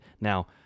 now